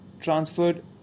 transferred